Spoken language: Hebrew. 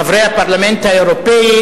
חברי הפרלמנט האירופי,